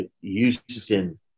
Houston